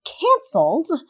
cancelled